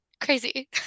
Crazy